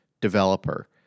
developer